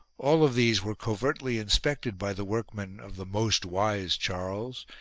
all of these were covertly inspected by the workmen of the most wise charles,